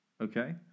Okay